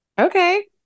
okay